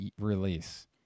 release